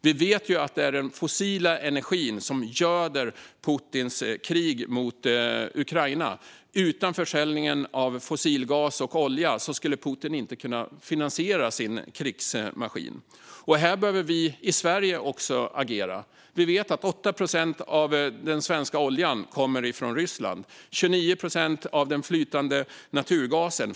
Vi vet att det är den fossila energin som göder Putins krig mot Ukraina. Utan försäljningen av fossil gas och olja skulle Putin inte kunna finansiera sin krigsmaskin. Här behöver vi i Sverige också agera. Vi vet att 8 procent av den svenska oljan kommer från Ryssland och 29 procent av den flytande naturgasen.